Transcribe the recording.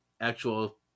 actual